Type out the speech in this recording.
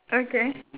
okay